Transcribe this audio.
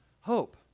hope